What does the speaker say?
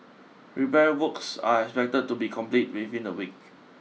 repair works are expected to be completed within a week